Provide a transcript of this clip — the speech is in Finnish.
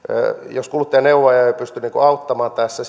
jos kuluttajaneuvoja ei pysty auttamaan tässä